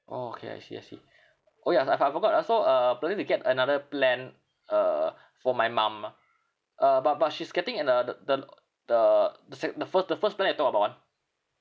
orh okay I see I see orh ya I f~ I forgot ah so uh planning to get another plan uh for my mum ah uh but but she's getting in a the the l~ the the sec~ the first the first plan you talk about [one]